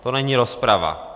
To není rozprava.